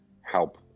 help